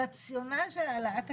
הרציונל של העלאת הקצבאות,